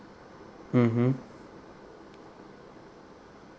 mmhmm